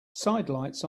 sidelights